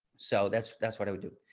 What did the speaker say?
so that's that's what i would do.